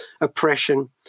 oppression